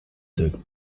took